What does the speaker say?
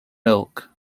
milk